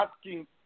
asking